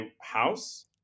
house